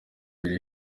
ibiri